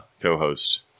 co-host